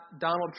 Donald